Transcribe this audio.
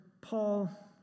Paul